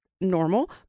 normal